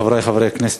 חברי חברי הכנסת,